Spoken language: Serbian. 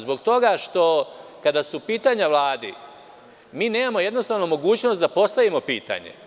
Zbog toga što kada su pitanja Vladi mi jednostavno nemamo mogućnost da postavimo pitanje.